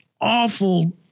awful